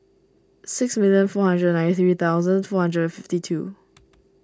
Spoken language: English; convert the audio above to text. sixty billion four hundered ninety three thousand four hundred fifty two